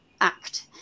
act